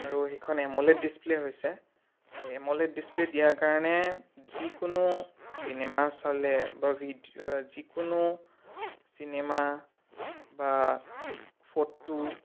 আৰু সেইখন AMOLED display হৈছে এমোলেড ডিছপ্লে দিয়াৰ কাৰণে যিকোনো চিনেমা চালে বা ভিডিঅ' যিকোনো চিনেমা বা ফটো